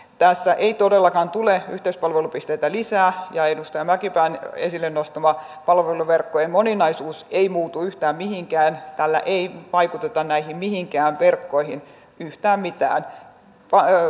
tässä ei todellakaan tule yhteispalvelupisteitä lisää ja edustaja mäkipään esille nostama palveluverkkojen moninaisuus ei muutu yhtään mihinkään tällä ei vaikuteta mihinkään verkkoihin yhtään mitään